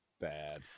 bad